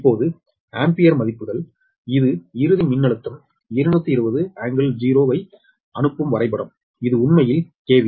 இப்போது ஆம்பியர் மதிப்புகள் இது இறுதி மின்னழுத்தம் 220∟0 ஐ அனுப்பும் வரைபடம் இது உண்மையில் KV